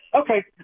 okay